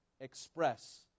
express